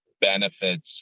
benefits